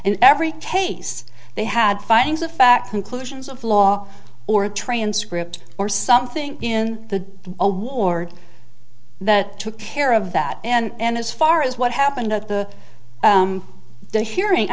in every case they had findings of fact conclusions of law or a transcript or something in the award that took care of that and as far as what happened at the the hearing i